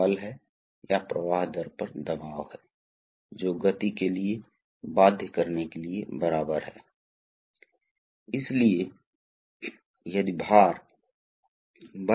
इसलिए यदि हमारे पास एक छोटा पिस्टन है और यदि हमारे पास एक बड़ा पिस्टन है तो बड़े का अर्थ है कि क्षेत्र बड़ा है जैसा कि आप देख सकते हैं